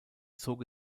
zog